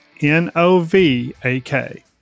N-O-V-A-K